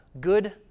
good